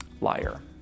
liar